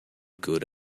good